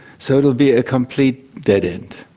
so it will be a complete dead-end.